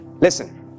Listen